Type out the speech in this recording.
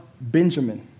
Benjamin